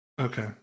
okay